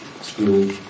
school